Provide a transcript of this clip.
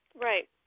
Right